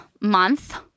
month